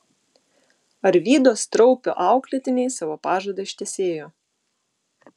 arvydo straupio auklėtiniai savo pažadą ištesėjo